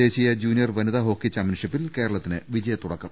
ദേശീയ ജൂനിയർ വനിതാ ഹോക്കി ചാമ്പൃൻഷിപ്പിൽ കേരളത്തിന് വിജയത്തുടക്കം